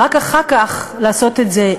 ורק אחר כך לעשות את זה,